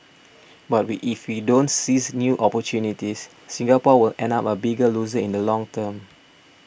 but if we don't seize new opportunities Singapore will end up a bigger loser in the long term